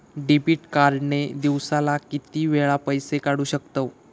Debit card ने दिवसाला किती वेळा पैसे काढू शकतव?